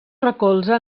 recolza